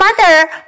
mother